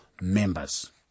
members